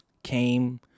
Came